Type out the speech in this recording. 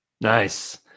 Nice